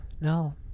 No